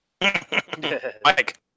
Mike